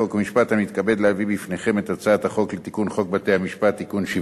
חוק ומשפט אני מתכבד להביא בפניכם את הצעת חוק בתי-המשפט (תיקון מס'